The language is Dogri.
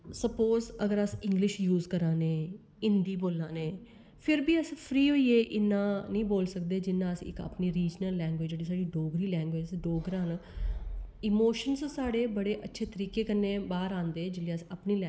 स्पोज़ अस अगर इंगलिश यूज़ कराने हिंदी बोलानै फ्ही बी अस इन्ना फ्री होइयै निं बोली सकदे जिन्ना असनी रीज़नल लैंग्वेज़ च अपनी डोगरी लैंग्वेज़ च बोली सकने इमोशंस साढ़े बड़े अच्छे तरीकै कन्नै बाहर आंदे जेल्लै अस अपनी लैंग्वेज़ यूज़ करने